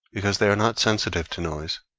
because they are not sensitive to noise